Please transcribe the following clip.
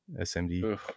smd